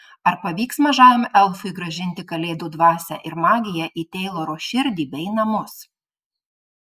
ar pavyks mažajam elfui grąžinti kalėdų dvasią ir magiją į teiloro širdį bei namus